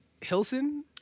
Hilson